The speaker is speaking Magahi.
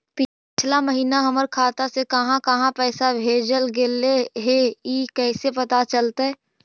पिछला महिना हमर खाता से काहां काहां पैसा भेजल गेले हे इ कैसे पता चलतै?